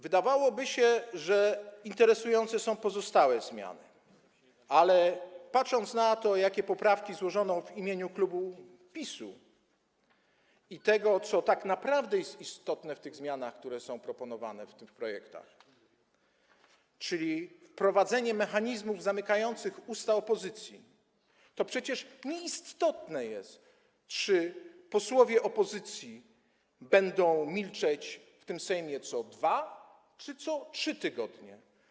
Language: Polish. Wydawałoby się, że interesujące są pozostałe zmiany, ale patrząc na to, jakie poprawki złożono w imieniu klubu PiS-u, i na to, co tak naprawdę jest istotne w tych zmianach, które są proponowane w tych projektach, czyli wprowadzenie mechanizmów zamykających usta opozycji, to przecież nieistotne jest, czy posłowie opozycji będą milczeć w tym Sejmie co 2 czy co 3 tygodnie.